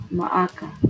maaka